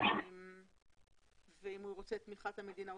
ואם הוא רוצה את תמיכת המדינה,